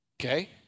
Okay